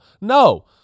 No